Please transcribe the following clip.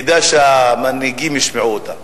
כדאי שהמנהיגים ישמעו אותה.